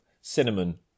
Cinnamon